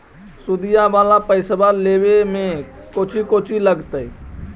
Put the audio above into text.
सुदिया वाला पैसबा लेबे में कोची कोची लगहय?